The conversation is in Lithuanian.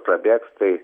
prabėgs tai